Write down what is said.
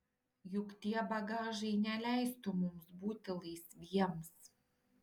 juk tie bagažai neleistų mums būti laisviems